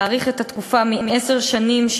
להאריך את התקופה מעשר שנים,